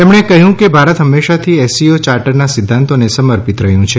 તેમણે કહ્યું કે ભારત હંમેશાથી એસસીઓ ચાર્ટરમાં સિધ્ધાંતોને સમર્પિત રહ્યું છે